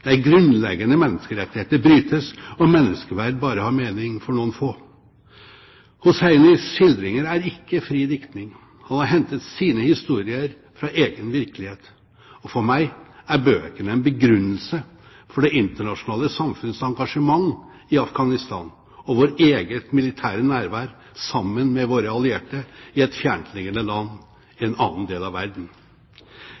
grunnleggende menneskerettigheter brytes, og menneskeverd bare har mening for noen få. Hosseinis skildringer er ikke fri diktning. Han har hentet sine historier fra egen virkelighet. For meg er bøkene en begrunnelse for det internasjonale samfunns engasjement i Afghanistan og vårt eget militære nærvær sammen med våre allierte i et fjerntliggende land